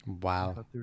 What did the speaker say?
wow